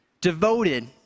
Devoted